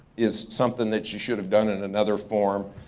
is something that you should have done in another form.